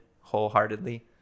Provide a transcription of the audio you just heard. wholeheartedly